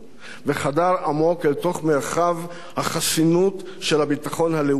וחדר עמוק אל תוך מרחב החסינות של הביטחון הלאומי שלנו,